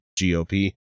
gop